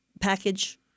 package